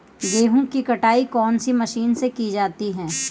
गेहूँ की कटाई कौनसी मशीन से की जाती है?